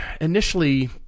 initially